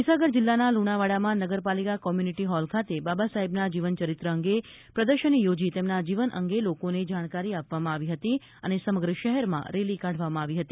મહિસાગર જિલ્લાના લુણાવાડામાં નગરપાલિકા કોમ્યુનિટિ હોલ ખાતે બાબાસાહેબના જીવન ચરિત્ર અંગે પ્રદર્શની યોજી તેમના જીવન અંગે લોકોને જાણકારી આપવામાં આવી હતી સમગ્ર શહેરમાં રેલી કાઢવામાં આવી હતી